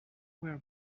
were